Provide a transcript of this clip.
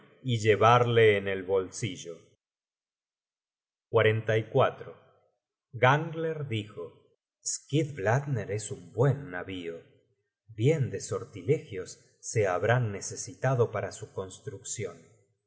y llevarle en el bolsillo gangler dijo skidbladner es un buen navío bien de sortilegios se habrán necesitado para su construccion